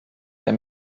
der